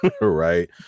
Right